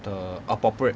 the appropriate